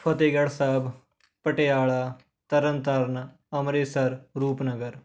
Fatehgarh Sahib Patiala Tarn Taran Amritsar Rupnagar